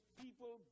people